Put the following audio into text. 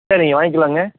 சரிங்க வாங்கிக்கலாம்ங்க